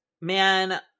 Man